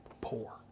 poor